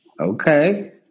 Okay